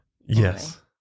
Yes